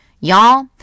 Y'all